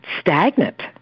stagnant